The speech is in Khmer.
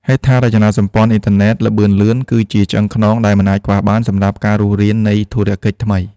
ហេដ្ឋារចនាសម្ព័ន្ធអ៊ីនធឺណិតល្បឿនលឿនគឺជាឆ្អឹងខ្នងដែលមិនអាចខ្វះបានសម្រាប់ការរស់រាននៃធុរកិច្ចថ្មី។